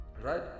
right